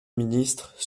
ministre